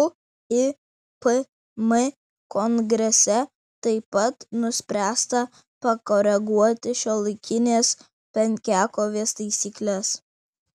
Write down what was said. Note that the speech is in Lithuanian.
uipm kongrese taip pat nuspręsta pakoreguoti šiuolaikinės penkiakovės taisykles